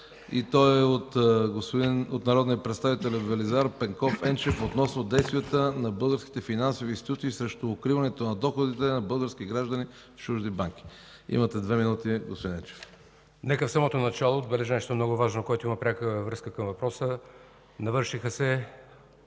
и е от народния представител Велизар Пенков Енчев относно действията на българските финансови институции срещу укриване на доходи на български граждани в чужди банки. Имате две минути, господин Енчев. ВЕЛИЗАР ЕНЧЕВ (нечленуващ в ПГ): Нека в самото начало отбележа нещо много важно, което има пряка връзка към въпроса. Навършиха се,